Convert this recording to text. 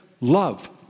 Love